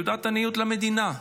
תעודת עניות למדינה,